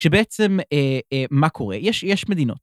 שבעצם מה קורה, יש יש מדינות.